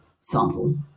sample